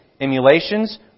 emulations